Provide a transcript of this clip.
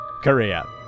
korea